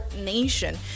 nation